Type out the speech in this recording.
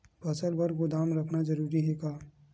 फसल बर गोदाम रखना जरूरी हे का?